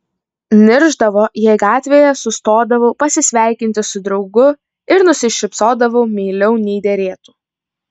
niršdavo jei gatvėje sustodavau pasisveikinti su draugu ir nusišypsodavau meiliau nei derėtų